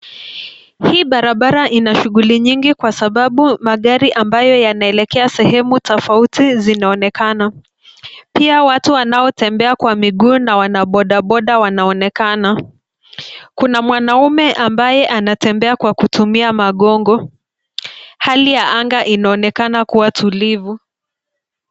Hii barabara inashuguli nyingi kwa sababu magari ambayo yanaelekea sehemu tofauti zinaonekana. Pia watu wanaotembea kwa miguu na wana boda boda wanaonekana. Kuna mwanaume ambaye anatembea kwa kutumia magongo. Hali ya anga inaonekana kuwa tulivu.